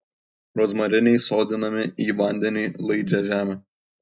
rozmarinai sodinami į vandeniui laidžią žemę